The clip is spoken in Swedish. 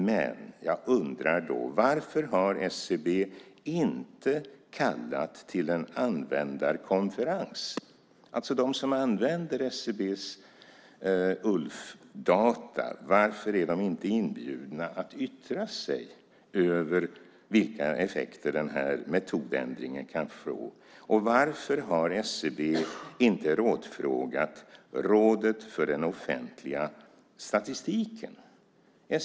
Men jag undrar varför SCB inte har kallat till en användarkonferens. Varför är inte de som använder SCB:s ULF-data inbjudna att yttra sig över vilka effekter den här metodändringen kan få? Varför har SCB inte rådfrågat Rådet för den offentliga statistiken?